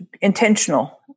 intentional